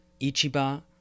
Ichiba